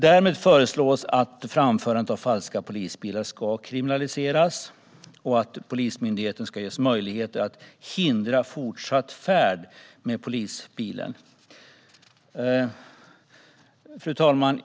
Därmed föreslås att framförandet av falska polisbilar ska kriminaliseras och att Polismyndigheten ska ges möjligheter att hindra fortsatt färd med polisbilen. Fru talman!